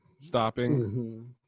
stopping